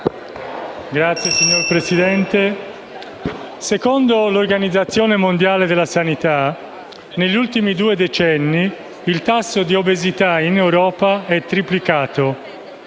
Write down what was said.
Signor Presidente, secondo l'Organizzazione mondiale della sanità negli ultimi due decenni il tasso di obesità in Europa è triplicato: